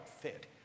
fit